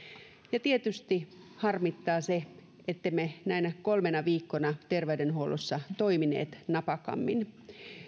ja tietysti harmittaa ettemme näinä kolmena viikkona terveydenhuollossa toimineet napakammin